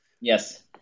Yes